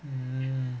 mm